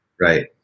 right